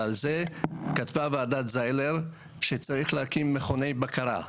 ועל זה כתבה ועדת זיילר שצריך להקים מכוני בקרה.